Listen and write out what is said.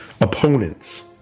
opponents